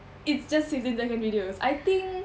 it's just fifteen second videos I think